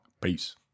Peace